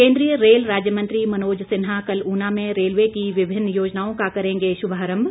केंद्रीय रेल राज्य मंत्री मनोज सिन्हा कल ऊना में रेलवे की विभिन्न योजनाओं का करेंगे शुभारम्भ